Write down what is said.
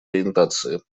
ориентации